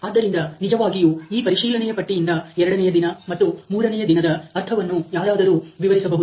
ಆದ್ದರಿಂದ ನಿಜವಾಗಿಯೂ ಈ ಪರಿಶೀಲನೆಯ ಪಟ್ಟಿಯಿಂದ ಎರಡನೆಯ ದಿನ ಮತ್ತು ಮೂರನೆಯ ದಿನದ ಅರ್ಥವನ್ನು ಯಾರಾದರೂ ವಿವರಿಸಬಹುದು